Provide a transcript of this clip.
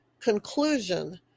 conclusion